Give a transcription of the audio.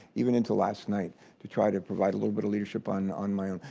even into last night to try to provide a little bit of leadership on on my own.